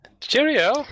Cheerio